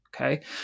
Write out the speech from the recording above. okay